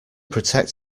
protect